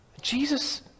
Jesus